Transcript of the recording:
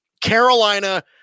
Carolina